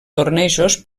tornejos